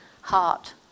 heart